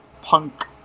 Punk